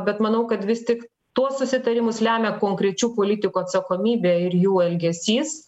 bet manau kad vis tik tuos susitarimus lemia konkrečių politikų atsakomybė ir jų elgesys